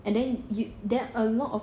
and then then a lot of